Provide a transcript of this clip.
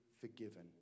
forgiven